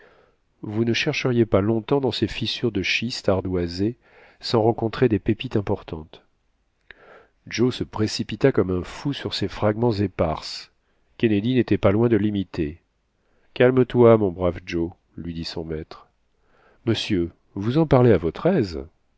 vous ne chercheriez pas longtemps dans ces fissures de schiste ardoisé sans rencontrer des pépites importantes joe se précipita comme un fou sur ces fragments épars kennedy n'était pas loin de limiter calme-toi mon brave joe lui dit son maître monsieur vous en parlez à votre aise